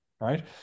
right